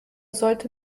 sollte